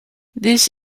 this